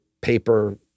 paper